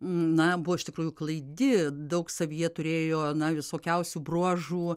na buvo iš tikrųjų klaidi daug savyje turėjo na visokiausių bruožų